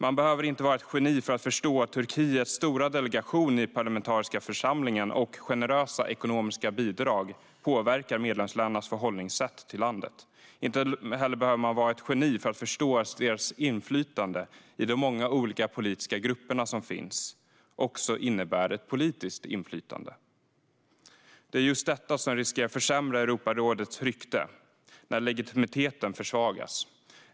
Man behöver inte vara ett geni för att förstå att Turkiets stora delegation i parlamentariska församlingen och generösa ekonomiska bidrag påverkar medlemsländernas förhållningssätt till landet. Inte heller behöver man vara ett geni för att förstå att Turkiets inflytande i de många olika politiska grupper som finns också innebär ett politiskt inflytande. Det är just detta som riskerar att försämra Europarådets rykte och försvaga legitimiteten.